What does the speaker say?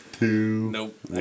Nope